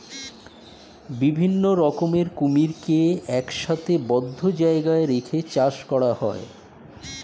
বিভিন্ন রকমের কুমিরকে একসাথে বদ্ধ জায়গায় রেখে চাষ করা হয়